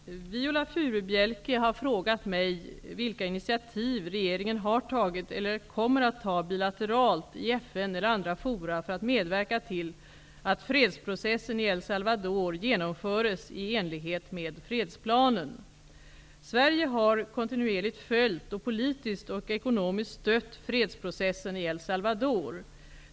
Fru talman! Viola Furubjelke har frågat mig vilka initiativ regeringen har tagit eller kommer att ta bilateralt, i FN eller andra fora för att medverka till att fredsprocessen i El Salvador genomförs i enlighet med fredsplanen. Sverige har kontinuerligt följt, och politiskt och ekonomiskt stött fredsprocessen i El Salvador.